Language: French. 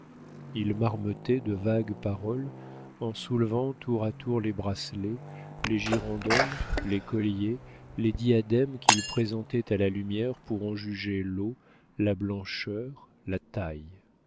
il marmottait de vagues paroles en soulevant tour à tour les bracelets les girandoles les colliers les diadèmes qu'il présentait à la lumière pour en juger l'eau la blancheur la taille